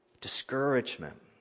discouragement